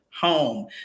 home